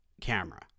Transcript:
camera